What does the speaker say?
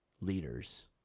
leaders